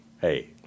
Hey